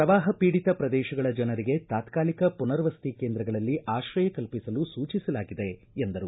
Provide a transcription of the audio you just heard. ಪ್ರವಾಹ ಪೀಡಿತ ಪ್ರದೇಶಗಳ ಜನರಿಗೆ ತಾತ್ಕಾಲಿಕ ಪುನವರ್ಸತಿ ಕೇಂದ್ರಗಳಲ್ಲಿ ಆಶ್ರಯ ಕಲ್ಪಿಸಲು ಸೂಚಿಸಲಾಗಿದೆ ಎಂದರು